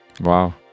Wow